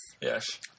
Yes